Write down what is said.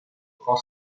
prend